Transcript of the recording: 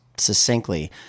succinctly